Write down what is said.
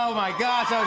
ah my gosh, how